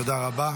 תודה רבה.